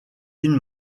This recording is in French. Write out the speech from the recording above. une